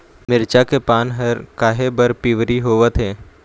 मिरचा के पान हर काहे बर पिवरी होवथे?